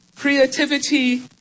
Creativity